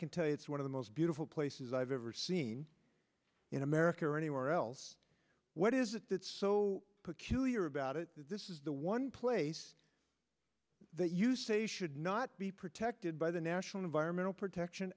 can tell you it's one of the most beautiful places i've ever seen in america or anywhere else what is it that's so peculiar about it this is the one place that you say should not be protected by the national environmental protection